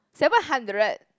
seven hundred